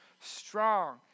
strong